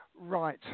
Right